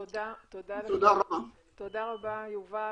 תודה רבה יובל.